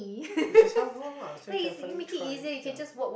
when just help her lah so you can finally try ya